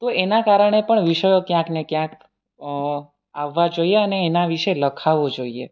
તો એના કારણે પણ વિષયો ક્યાંકને ક્યાંક આવવા જોઈએ અને એના વિશે લખાવું જોઈએ